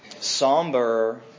somber